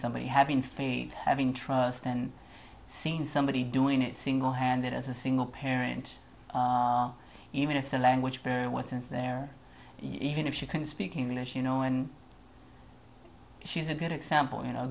somebody having faith having trust and seen somebody doing it single handed as a single parent even if the language barrier wasn't there even if she couldn't speak english you know and she's a good example you know a